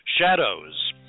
Shadows